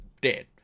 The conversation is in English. dead